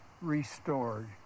restored